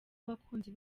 abakunzi